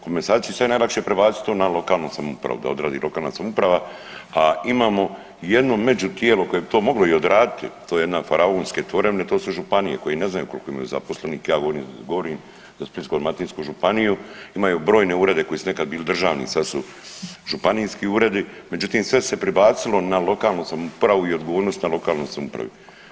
Komasaciju je sad najlakše prebacit to na lokalnu samoupravu, da odradi lokalna samouprava, a imamo jedno međutijelo koje bi to moglo i odraditi, to je jedna faraonske tvorevine, to su županije koje ne znaju koliko imaju zaposlenih, ja govorim, govorim za Splitsko-dalmatinsku županiju, imaju brojne urede koji su nekad bili državni sad su županijski uredi, međutim sve se prebacilo na lokalnu samoupravu i odgovornost na lokalnoj samoupravi.